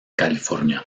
california